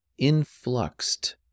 influxed